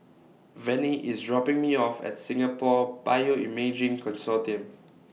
Vennie IS dropping Me off At Singapore Bioimaging Consortium